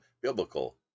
biblical